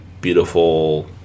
beautiful